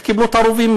איך קיבלו את הרובים?